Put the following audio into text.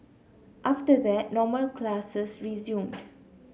after that normal classes resumed